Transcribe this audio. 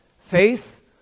Faith